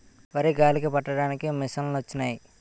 వరి గాలికి పట్టడానికి మిసంలొచ్చినయి